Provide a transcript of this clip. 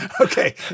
Okay